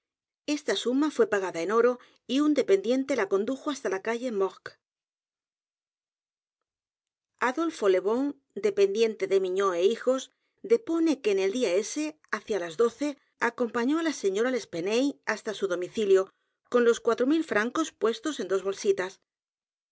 g a d a en oro y un dependiente la condujo h a s t a la calle morgue adolfo le bon dependiente de mignaud é hijos depone que en el día ese hacia las doce acompañó á la señora l'espanaye hasta su domicilio con los cuatro mil francos puestos en dos bolsitas